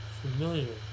familiar